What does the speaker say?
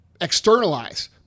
externalize